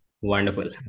Wonderful